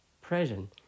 present